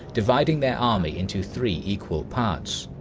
dividing their army into three equal parts.